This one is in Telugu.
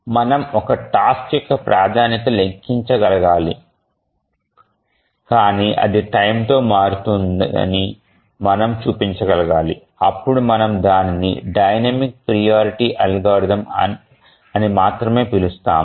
మనము ఒక టాస్క్ యొక్క ప్రాధాన్యతను లెక్కించగలగాలి కానీ అది టైమ్ తో మారుతుందని మనము చూపించగలగాలి అప్పుడు మనం దానిని డైనమిక్ ప్రియారిటీ అల్గోరిథం అని మాత్రమే పిలుస్తాము